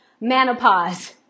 menopause